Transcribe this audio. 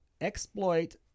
exploit